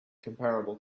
comparable